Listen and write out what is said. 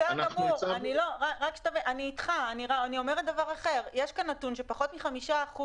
לא יגלה אותו לאחר ולא יעשה בו כל שימוש פרט לתכליות